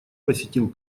посетил